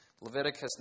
Leviticus